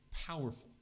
powerful